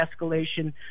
escalation